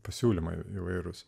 pasiūlymai įvairūs